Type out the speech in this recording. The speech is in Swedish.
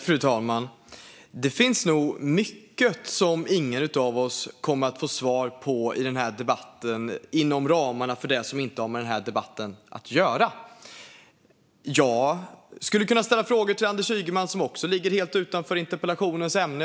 Fru talman! Det finns nog mycket som ingen av oss kommer att få svar på i den här debatten inom ramarna för det som inte har med den här debatten att göra. Jag skulle kunna ställa frågor till Anders Ygeman som också ligger helt utanför interpellationens ämne.